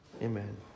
Amen